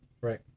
Right